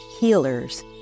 healers